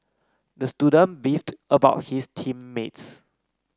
the student beefed about his team mates